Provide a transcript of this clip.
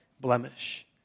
blemish